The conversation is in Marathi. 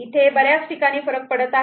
इथे बऱ्याच ठिकाणी फरक पडत आहे